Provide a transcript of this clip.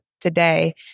today